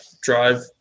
drive